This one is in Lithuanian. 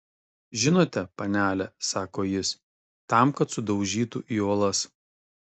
žinote panele sako jis tam kad sudaužytų į uolas